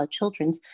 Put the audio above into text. Children's